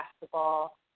basketball